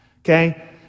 Okay